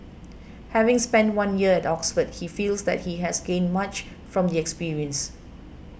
having spent one year at Oxford he feels that he has gained much from the experience